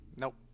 Nope